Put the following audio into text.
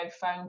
phone